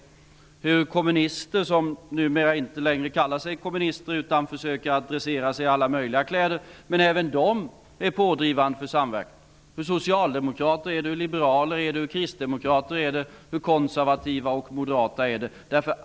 Vi ser hur även kommunister, som numera inte längre kallar sig kommunister, utan försöker att klä sig i alla möjliga dresser, är pådrivande för samverkan. Socialdemokrater är för det, liberaler är för det, kristdemokrater är för det, konservativa och moderata är för det.